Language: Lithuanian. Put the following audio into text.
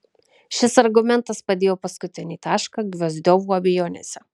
šis argumentas padėjo paskutinį tašką gvozdiovų abejonėse